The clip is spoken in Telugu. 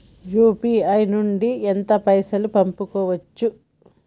యూ.పీ.ఐ నుండి ఎంత పైసల్ పంపుకోవచ్చు?